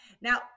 now